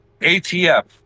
ATF